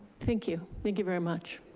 thank you, thank you very much.